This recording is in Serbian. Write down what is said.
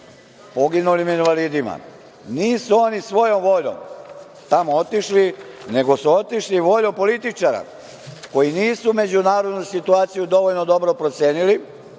poginulim invalidima. Nisu oni svojom voljom tamo otišli, nego su otišli voljom političara koji nisu međunarodnu situaciju dovoljno dobro procenili,